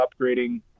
upgrading